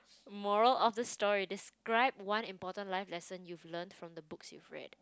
moral of the story describe one important life lesson you've learnt from the books you've read